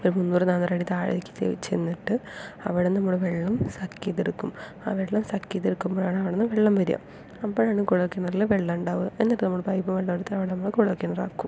ഒരു മുന്നൂറ് നാന്നൂറ് അടി താഴേക്ക് ചെന്നിട്ട് അവിടെ നമ്മുടെ വെള്ളം സക്ക് ചെയ്ത് എടുക്കും ആ വെള്ളം സക്ക് ചെയ്ത് എടുക്കുമ്പോഴാണ് അവിടുന്ന് വെള്ളം വരുക അപ്പോഴാണ് കുഴൽ കിണറിൽ വെള്ളം ഉണ്ടാവുക എന്നിട്ട് നമ്മൾ പൈപ്പ് വെള്ളം എടുത്ത് അവിടെ നമ്മൾ കുഴൽ കിണറാക്കും